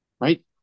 right